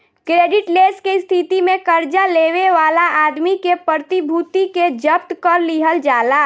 credit less के स्थिति में कर्जा लेवे वाला आदमी के प्रतिभूति के जब्त कर लिहल जाला